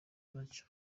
nacyo